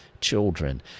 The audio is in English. children